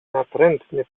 natrętny